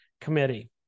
committee